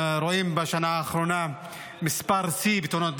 בשנה האחרונה אנחנו רואים מספר שיא בתאונות דרכים,